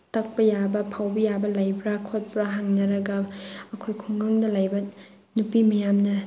ꯇꯛꯄ ꯌꯥꯕ ꯐꯧꯕ ꯌꯥꯕ ꯂꯩꯕ꯭ꯔꯥ ꯈꯣꯠꯄ꯭ꯔꯥ ꯍꯪꯅꯔꯒ ꯑꯩꯈꯣꯏ ꯈꯨꯡꯒꯪꯗ ꯂꯩꯕ ꯅꯨꯄꯤ ꯃꯌꯥꯝꯅ